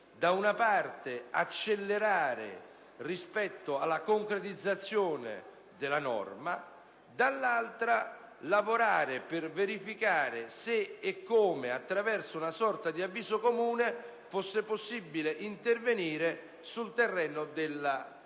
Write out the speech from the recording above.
da una parte accelerare rispetto alla concretizzazione della norma; dall'altra, lavorare per verificare se e come, attraverso una sorta di avviso comune, fosse possibile intervenire in sede di definitiva